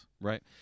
Right